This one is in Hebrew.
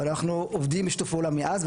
ואנחנו עובדים בשיתוף פעולה מאז.